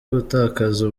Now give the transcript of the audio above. gutakaza